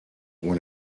won